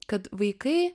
kad vaikai